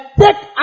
take